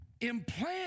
implant